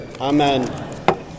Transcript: Amen